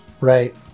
Right